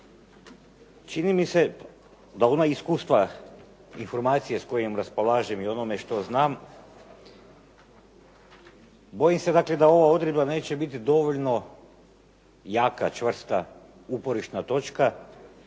Čini mi se da ona iskustva i informacije s kojim raspolažem i s onim što znam, bojim se dakle da ova odredba neće biti dovoljno jaka, čvrsta, uporišna točka,